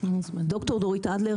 ד"ר דורית אדלר,